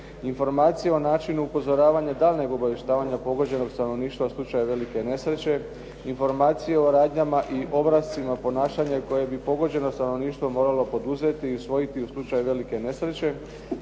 Informacije o načinu upozoravanja daljnjeg obavještavanja pogođenog stanovništva u slučaju velike nesreće, informacije o radnjama i obrascima ponašanja i koje bi pogođeno stanovništvo trebalo poduzeti i usvojiti u slučaju velike nesreće.